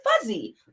fuzzy